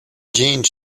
jeans